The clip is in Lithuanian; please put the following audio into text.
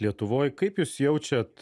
lietuvoj kaip jūs jaučiat